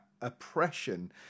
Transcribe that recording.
oppression